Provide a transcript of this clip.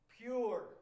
Pure